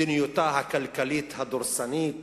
מדיניותה הכלכלית, הדורסנית.